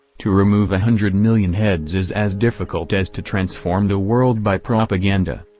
to remove a hundred million heads is as difficult as to transform the world by propaganda.